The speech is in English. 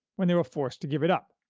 when they were forced to give it up.